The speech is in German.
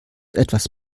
etwas